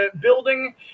building